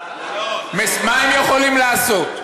מה הם יכולים לעשות?